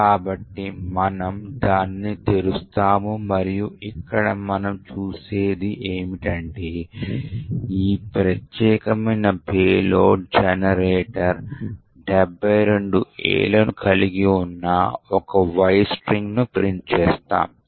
కాబట్టి మనం ఈ sh ప్రాసెస్ను ముగించినప్పుడు మనం చూసేది ఏమిటంటే "1" ప్రాసెస్ ఎగ్జిక్యూట్ అవుతూనే ఉంటుంది కాబట్టి ఇది జరుగుతుందని చూద్దాం కాబట్టి మనం sh నుండి నిష్క్రమిస్తాము కాని మనం చూసేది "1" ప్రాసెస్లో సెగ్మెంటేషన్లోపం ఉంటుందని సరే